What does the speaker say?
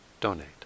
donate